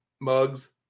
mugs